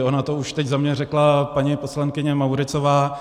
Ona to už teď za mě řekla paní poslankyně Mauritzová.